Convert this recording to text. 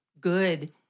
good